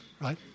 right